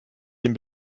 den